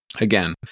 Again